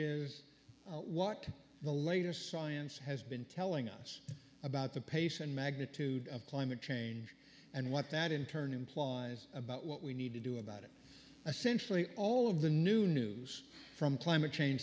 is what the latest science has been telling us about the pace and magnitude of climate change and what that in turn implies about what we need to do about it essential all of the new news from climate change